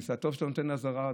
טוב שאתה נותן לי אזהרה.